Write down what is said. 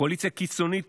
קואליציה קיצונית,